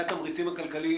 התמריצים הכלכליים,